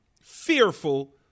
fearful